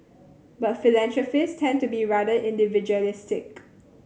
but philanthropists tend to be rather individualistic